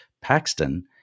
Paxton